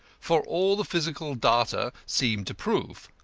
for all the physical data seem to prove.